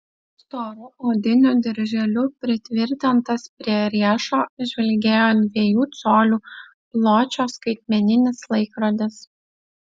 storu odiniu dirželiu pritvirtintas prie riešo žvilgėjo dviejų colių pločio skaitmeninis laikrodis